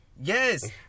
Yes